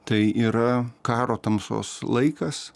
tai yra karo tamsos laikas